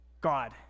God